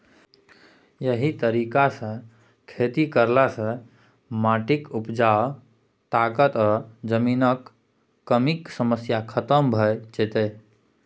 एहि तरीका सँ खेती करला सँ माटिक उपजा ताकत आ जमीनक कमीक समस्या खतम भ जेतै